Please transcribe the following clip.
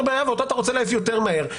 בעיה ואותו אתה רוצה להעיף יותר מהר.